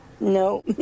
No